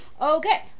Okay